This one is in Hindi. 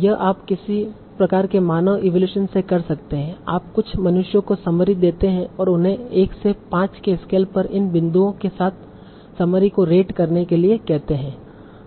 यह आप किसी प्रकार के मानव इवैल्यूएशन से कर सकते हैं आप कुछ मनुष्यों को समरी देते हैं और उन्हें 1 से 5 के स्केल पर इन बिंदुओं के साथ समरी को रेट करने के लिए कहते हैं